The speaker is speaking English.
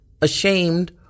ashamed